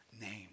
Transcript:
name